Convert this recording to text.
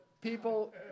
people